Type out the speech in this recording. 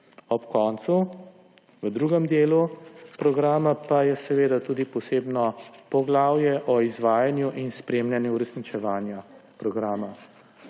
Ob koncu v drugem delu programa pa je tudi posebno poglavje o izvajanju in spremljanju uresničevanje programa.